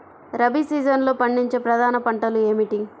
రబీ సీజన్లో పండించే ప్రధాన పంటలు ఏమిటీ?